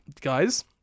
guys